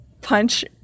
punch